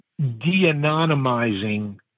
de-anonymizing